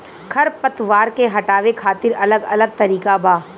खर पतवार के हटावे खातिर अलग अलग तरीका बा